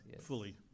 fully